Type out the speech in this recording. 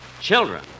Children